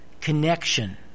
Connection